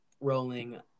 rolling